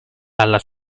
dalla